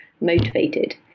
motivated